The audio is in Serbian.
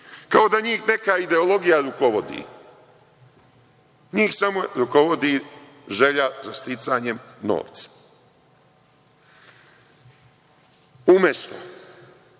kao da njih neka ideologija rukovodi. Njih samo rukovodi želja za sticanjem novca. Umesto